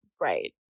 right